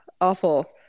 Awful